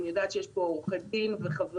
אני יודעת שיש פה עורכי דין וספרים,